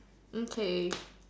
okay